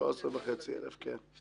זו